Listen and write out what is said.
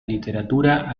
literatura